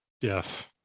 Yes